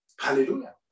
Hallelujah